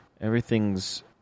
everything's